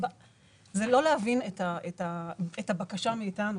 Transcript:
זה לא להבין את הבקשה מאתנו.